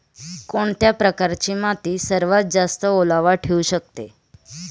कोणत्या प्रकारची माती सर्वात जास्त ओलावा ठेवू शकते?